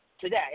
today